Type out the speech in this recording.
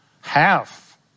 half